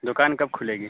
دکان کب کھلے گی